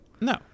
No